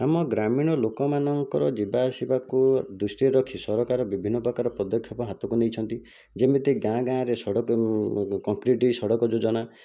ଆମ ଗ୍ରାମୀଣ ଲୋକମାନଙ୍କର ଯିବା ଆସିବାକୁ ଦୃଷ୍ଟିରେ ରଖି ସରକାର ବିଭିନ୍ନ ପ୍ରକାର ପଦକ୍ଷେପ ହାତକୁ ନେଇଛନ୍ତି ଯେମିତି ଗାଁ ଗାଁରେ ସଡ଼କ କଂକ୍ରିଟ ସଡ଼କ ଯୋଜନା